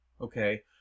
Okay